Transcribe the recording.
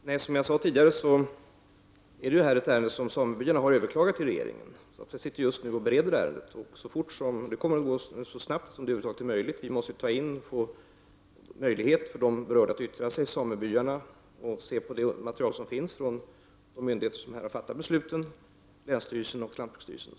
Herr talman! Som jag tidigare sade är detta ett ärende som samebyarna har överklagat till regeringen. Vi håller just nu på att bereda ärendet, och beredningen kommer att gå så snabbt som det över huvud taget är möjligt. Vi måste emellertid ge de berörda samebyarna möjlighet att yttra sig, och vi måste se på det material som finns från de myndigheter som här har fattat besluten, nämligen länsstyrelsen och lantbruksstyrelsen.